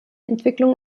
entwicklung